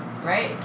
Right